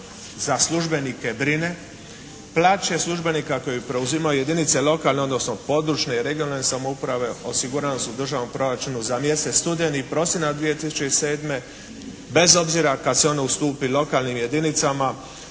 za službenike brine. Plaće službenika koje preuzimaju jedinice lokalne odnosno područne i regionalne samouprave osigurana su u državnom proračunu za mjesec studeni i prosinac 2007., bez obzira kad se ono ustupi lokalnim jedinicama